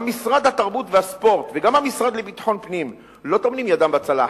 גם משרד התרבות והספורט וגם המשרד לביטחון פנים לא טומנים ידם בצלחת,